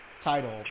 title